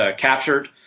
captured